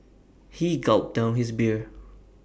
he gulped down his beer